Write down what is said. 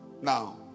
now